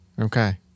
Okay